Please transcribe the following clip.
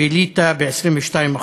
ובליטא, ב-22%.